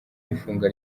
ifungwa